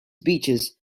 beaches